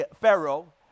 Pharaoh